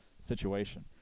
situation